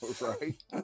right